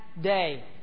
day